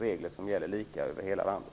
Reglerna gäller lika över hela landet.